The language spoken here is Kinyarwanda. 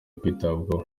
kwitabwaho